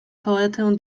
poetę